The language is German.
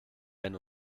einen